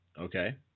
Okay